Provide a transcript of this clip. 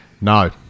No